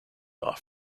bar